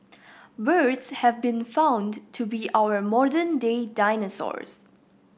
birds have been found to be our modern day dinosaurs